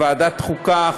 בוועדת החוקה,